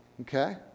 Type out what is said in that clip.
okay